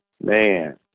man